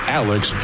alex